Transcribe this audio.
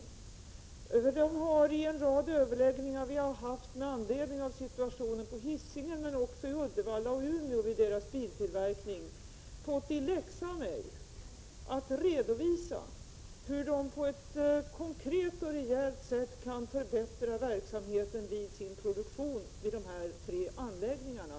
Företaget har vid en rad överläggningar som vi haft med anledning av situationen på Hisingen, men också när det gäller biltillverkningen i Uddevalla och Umeå, fått i läxa av mig att redovisa hur man på ett konkret och rejält sätt kan förbättra verksamheten vid dessa tre anläggningar.